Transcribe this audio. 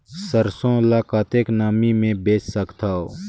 सरसो ल कतेक नमी मे बेच सकथव?